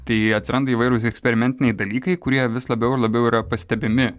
tai atsiranda įvairūs eksperimentiniai dalykai kurie vis labiau labiau yra pastebimi